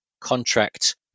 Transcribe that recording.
contract